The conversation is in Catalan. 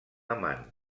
amant